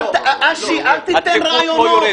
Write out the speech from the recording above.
אל תיתן רעיונות.